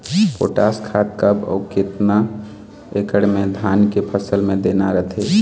Potash खाद कब अऊ केतना एकड़ मे धान के फसल मे देना रथे?